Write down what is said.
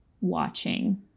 watching